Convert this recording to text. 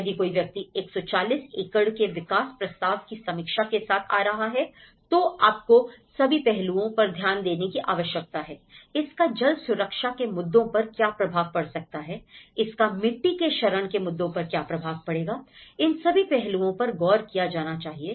यदि कोई व्यक्ति 140 एकड़ के विकास प्रस्ताव की समीक्षा के साथ आ रहा है तो आपको सभी पहलुओं पर ध्यान देने की आवश्यकता है इसका जल सुरक्षा के मुद्दों पर क्या प्रभाव पड़ सकता है इसका मिट्टी के क्षरण के मुद्दों पर क्या प्रभाव पड़ेगा इन सभी पहलुओं पर गौर किया जाना चाहिए